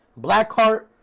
Blackheart